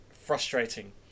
frustrating